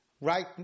right